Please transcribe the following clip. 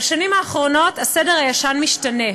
בשנים האחרונות הסדר הישן משתנה,